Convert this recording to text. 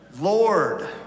Lord